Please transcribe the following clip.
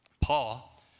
Paul